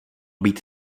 být